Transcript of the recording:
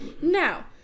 Now